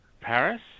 Paris